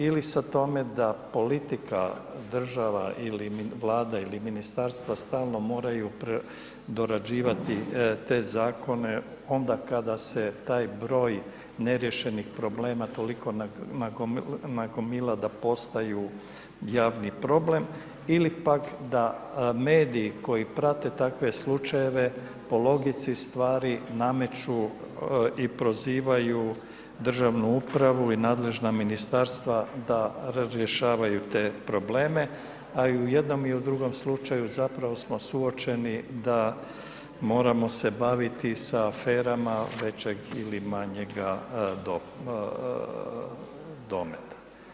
Ili sa tome da politika država ili Vlada, ili Ministarstva stalno moraju predorađivati te Zakone onda kada se taj broj neriješenih problema toliko nagomila da postaju javni problem ili pak da mediji koji prate takve slučajeve po logici stvari nameću i prozivaju državnu upravu i nadležna Ministarstva da razrješavaju te probleme, a i u jednom i u drugom slučaju zapravo smo suočeni da moramo se baviti sa aferama većeg ili manjega dometa.